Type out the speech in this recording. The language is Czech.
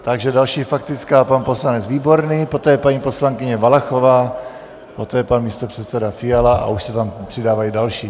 Takže další faktická pan poslanec Výborný, poté paní poslankyně Valachová, poté pan místopředseda Fiala a už se tam přidávají další.